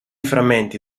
frammenti